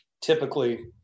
typically